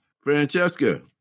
Francesca